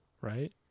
Right